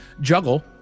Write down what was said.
juggle